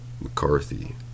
McCarthy